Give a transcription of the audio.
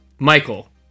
michael